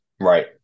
right